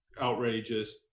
outrageous